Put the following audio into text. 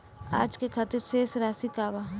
आज के खातिर शेष राशि का बा?